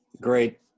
Great